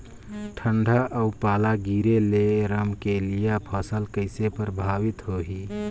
ठंडा अउ पाला गिरे ले रमकलिया फसल कइसे प्रभावित होही?